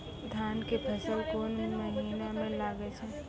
धान के फसल कोन महिना म लागे छै?